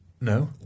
No